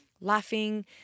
laughing